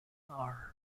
are